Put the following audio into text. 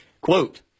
Quote